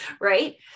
right